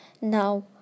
now